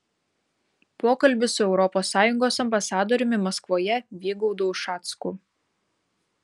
pokalbis su europos sąjungos ambasadoriumi maskvoje vygaudu ušacku